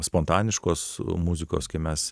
spontaniškos muzikos kai mes